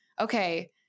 okay